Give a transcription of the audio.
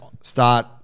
start